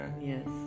Yes